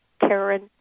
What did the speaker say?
Karen